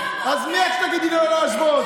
אז מי את שתגידי לי לא להשוות?